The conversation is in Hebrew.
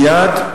מייד,